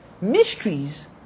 Mysteries